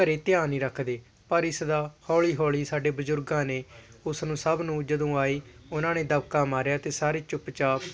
ਘਰ ਧਿਆਨ ਨਹੀਂ ਰੱਖਦੇ ਪਰ ਇਸ ਦਾ ਹੌਲੀ ਹੌਲੀ ਸਾਡੇ ਬਜ਼ੁਰਗਾਂ ਨੇ ਉਸ ਨੂੰ ਸਭ ਨੂੰ ਜਦੋਂ ਆਏ ਉਹਨਾਂ ਨੇ ਦਬਕਾ ਮਾਰਿਆ ਅਤੇ ਸਾਰੇ ਚੁੱਪ ਚਾਪ